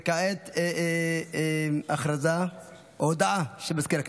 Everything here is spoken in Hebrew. הודעה למזכיר הכנסת.